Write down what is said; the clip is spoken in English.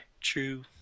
true